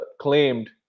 claimed